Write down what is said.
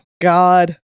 God